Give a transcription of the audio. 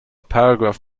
paragraph